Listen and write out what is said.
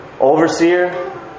overseer